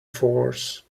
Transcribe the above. force